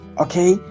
okay